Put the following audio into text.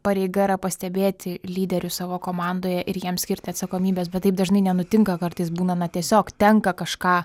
pareiga yra pastebėti lyderius savo komandoje ir jiems skirti atsakomybes bet taip dažnai nenutinka kartais būna na tiesiog tenka kažką